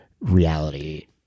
reality